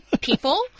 people